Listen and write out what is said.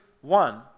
one